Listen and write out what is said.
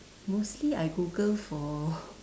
mostly I Google for